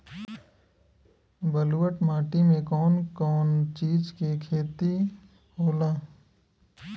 ब्लुअट माटी में कौन कौनचीज के खेती होला?